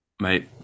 Mate